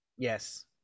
Yes